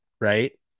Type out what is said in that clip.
Right